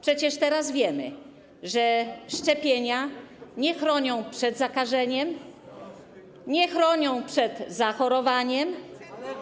Przecież teraz wiemy, że szczepienia nie chronią przed zakażeniem, nie chronią przed zachorowaniem.